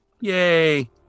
yay